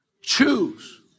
choose